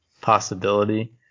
possibility